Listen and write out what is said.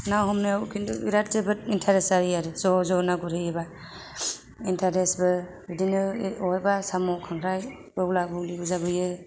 ना हमनायाव किन्टु जोबोद इन्टारेस जायो आरो ज' ज' नो गुरहैयोबा इन्टारेसबो बिदिनो अबहायबा साम' खांख्राइ बरला बरलिबो जाबोयो